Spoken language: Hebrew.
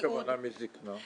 מה הכוונה מזקנה?